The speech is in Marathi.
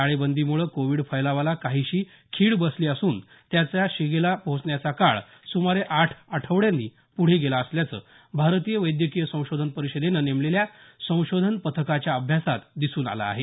टाळेबंदीमुळे कोविड फैलावाला काहीशी खीळ बसली असून त्याचा शिगेला पोहोचण्याचा काळ सुमारे आठ आठवड्यांनी पुढे गेला असल्याचं भारतीय वैद्यकीय संशोधन परिषदेनं नेमलेल्या संशोधन पथकाच्या अभ्यासात दिसून आलं आहे